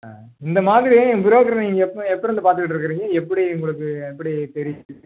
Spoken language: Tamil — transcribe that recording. ஆ இந்தமாதிரி ப்ரோக்கரு நீங்கள் எப்போ எப்பையிலேருந்து பார்த்துக்கிட்டுருக்குறீங்க எப்படி உங்களுக்கு எப்படி தெரியுது